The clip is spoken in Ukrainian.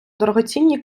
дорогоцінні